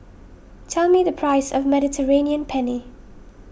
tell me the price of Mediterranean Penne